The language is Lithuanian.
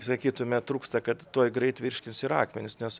sakytume trūksta kad tuoj greit virškins ir akmenis nes